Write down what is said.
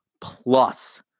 plus